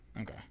Okay